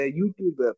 YouTube